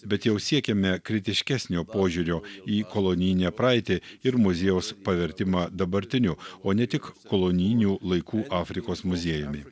bet jau siekėme kritiškesnio požiūrio į kolonijinę praeitį ir muziejaus pavertimą dabartiniu o ne tik kolonijinių laikų afrikos muziejumi